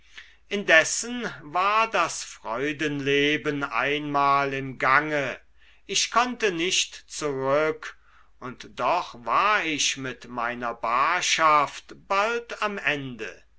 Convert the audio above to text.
indessen war das freudenleben einmal im gange ich konnte nicht zurück und doch war ich mit meiner barschaft bald am ende